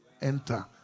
enter